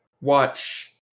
watch